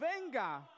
venga